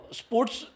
sports